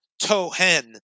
Tohen